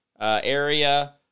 area